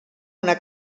una